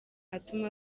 atuma